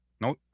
No